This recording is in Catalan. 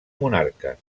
monarca